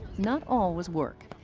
not all was work.